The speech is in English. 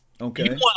Okay